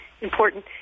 important